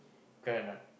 correct or not